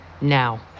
Now